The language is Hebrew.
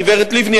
הגברת לבני,